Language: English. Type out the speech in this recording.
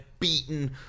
Beaten